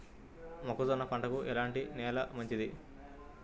మొక్క జొన్న పంటకు ఎలాంటి నేల మంచిది?